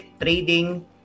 trading